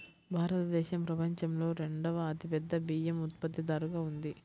భారతదేశం ప్రపంచంలో రెండవ అతిపెద్ద బియ్యం ఉత్పత్తిదారుగా ఉంది